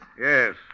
Yes